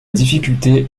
difficulté